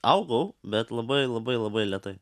augau bet labai labai labai lėtai